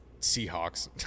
Seahawks